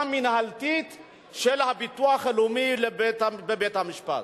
מינהלתית של הביטוח הלאומי בבית-משפט,